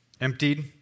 emptied